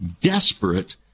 desperate